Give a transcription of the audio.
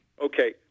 Okay